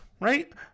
right